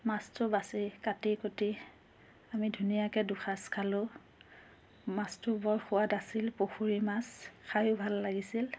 মাছটো বাচি কাটি কুটি আমি ধুনীয়াকৈ দুসাজ খালোঁ মাছটো বৰ সোৱাদ আছিল পুখুৰীৰ মাছ খায়ো ভাল লাগিছিল